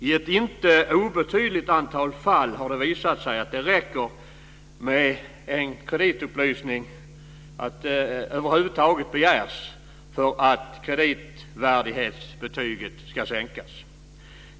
I ett inte obetydligt antal fall har det visat sig att det räcker med att en kreditupplysning över huvud taget begärs för att kreditvärdighetsbetyget ska sänkas.